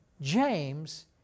James